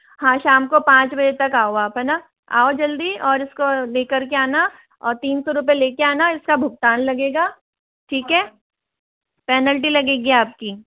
हाँ शाम को पाँच बजे तक आओ आप है ना आओ जल्दी और इसको लेकर के आना और तीन सौ रुपए लेके आना इसका भुगतान लगेगा ठीक है पेनल्टी लगेगी आपकी